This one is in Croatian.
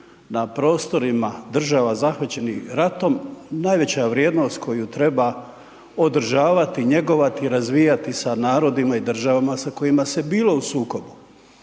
na prostorima država zahvaćenih ratom najveća vrijednost koju treba održavati, njegovati, razvijati sa narodima i državama sa kojima se bilo u sukobu.